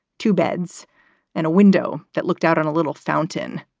two beds and a window that looked out on a little fountain.